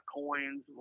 coins